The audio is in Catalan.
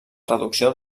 reducció